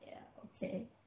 ya okay